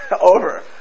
over